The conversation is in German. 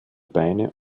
beine